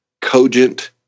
cogent